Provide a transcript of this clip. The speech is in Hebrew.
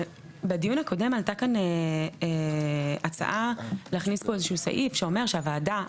בדיון הקודם עלתה פה הצעה להכניס פה איזה שהוא סעיף שאומר שהוועדה,